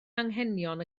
anghenion